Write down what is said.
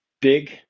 big